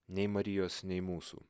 nei marijos nei mūsų